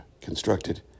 constructed